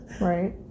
Right